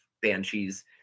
banshees